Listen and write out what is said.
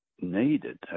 needed